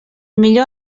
millor